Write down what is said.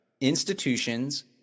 institutions